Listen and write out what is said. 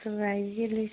तो आइए ले